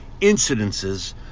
incidences